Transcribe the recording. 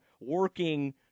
working